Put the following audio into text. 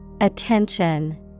Attention